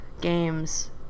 games